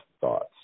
thoughts